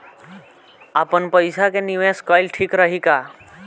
आपनपईसा के निवेस कईल ठीक रही का?